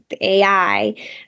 AI